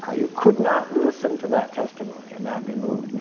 ah you could not listen to that testimony and not be moved.